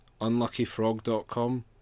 UnluckyFrog.com